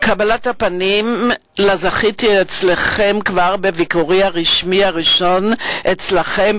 קבלת הפנים שזכיתי לה אצלכם כבר בביקורי הרשמי הראשון אצלכם,